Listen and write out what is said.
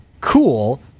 cool